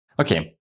Okay